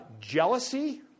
jealousy